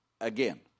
again